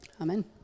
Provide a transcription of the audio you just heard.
Amen